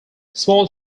small